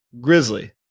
grizzly